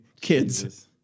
kids